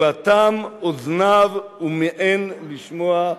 אטם אוזניו ומיאן לשמוע",